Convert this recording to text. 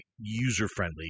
user-friendly